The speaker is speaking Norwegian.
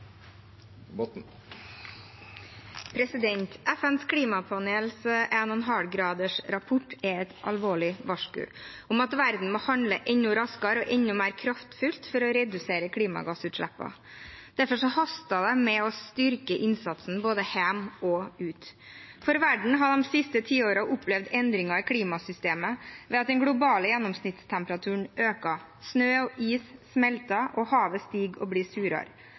et alvorlig varsku om at verden må handle enda raskere og enda mer kraftfullt for å redusere klimagassutslippene. Derfor haster det med å styrke innsatsen både hjemme og ute. Verden har de siste tiårene opplevd endringer i klimasystemet ved at den globale gjennomsnittstemperaturen øker, snø og is smelter, og havet stiger og blir surere.